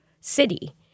city